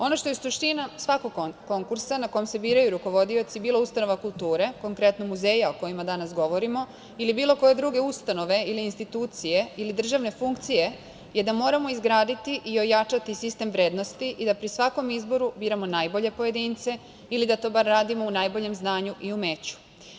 Ono što je suština svakog konkursa na kom se biraju rukovodioci, bilo ustanova kulture, konkretno muzeja o kojima danas govorimo, ili bilo koje druge ustanove ili institucije ili državne funkcije, je da moramo izgraditi i ojačati sistem vrednosti i da pri svakom izboru biramo najbolje pojedince ili da to bar radimo u najboljem znanju i umeću.